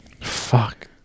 Fuck